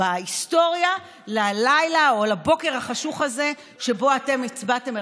בהיסטוריה ללילה או לבוקר החשוך הזה שבו אתם הצבעתם,